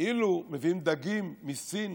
אילו מביאים דגים מסין,